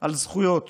על זכויות